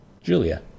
Julia